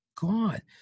God